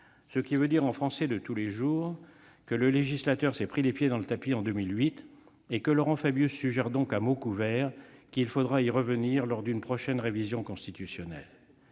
conçue ». En français de tous les jours, cela signifie que le législateur s'est pris les pieds dans le tapis en 2008, et Laurent Fabius suggère donc à mots couverts qu'il faudra y revenir lors d'une prochaine révision constitutionnelle.